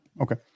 okay